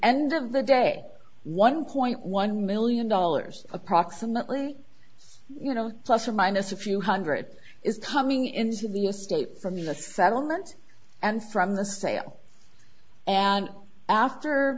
end of the day one point one million dollars approximately you know plus or minus a few hundred is coming into the estate from the settlement and from the sale and after